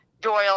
Doyle